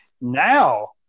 Now